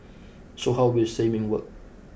so how will streaming work